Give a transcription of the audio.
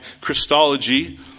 Christology